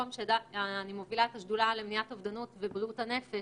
אני מובילה את השדולה למניעת אובדנות ובריאות הנפש